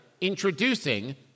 introducing